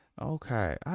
Okay